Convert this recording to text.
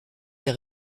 les